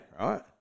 Right